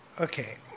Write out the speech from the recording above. Okay